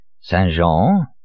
Saint-Jean